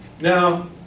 Now